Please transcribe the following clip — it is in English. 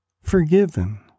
forgiven